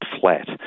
flat